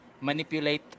manipulate